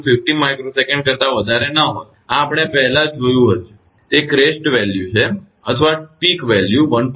2 × 50 𝜇𝑠 કરતા વધારે ન હોય આ આપણે પહેલા જોયું છે તે ક્રેસ્ટ મૂલ્ય છે અથવા ટોચનું મૂલ્ય 1